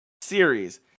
series